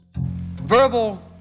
Verbal